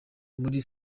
muri